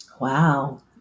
Wow